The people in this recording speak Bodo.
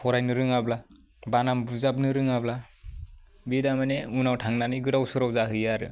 फरायनो रोङाब्ला बानाम बुजाबनो रोङाब्ला बे दा माने उनाव थांनानै गोदाव सोराव जाहैयो आरो